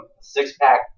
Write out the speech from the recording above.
six-pack